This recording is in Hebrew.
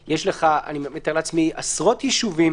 אני מתאר לעצמי שיש לך עשרות יישובים